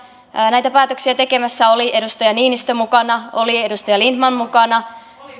näitä päätöksiä tekemässä oli edustaja niinistö mukana oli edustaja lindtman mukana